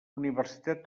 universitat